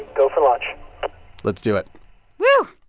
go for launch let's do it yeah